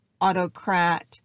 autocrat